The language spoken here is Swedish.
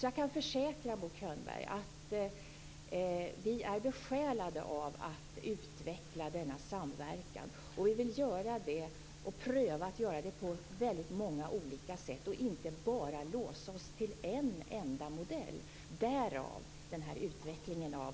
Jag kan försäkra Bo Könberg att vi är besjälade av att utveckla denna samverkan, och vi vill pröva att göra det på väldigt många olika sätt, inte bara låsa oss till en enda modell. Därav den här utvecklingen av